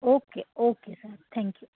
okay okay sir thank you